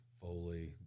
Foley